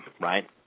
right